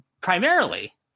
primarily